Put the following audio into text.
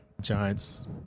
Giants